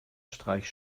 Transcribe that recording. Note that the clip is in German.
streich